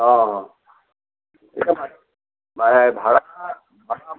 অঁ অঁ মানে ভাড়া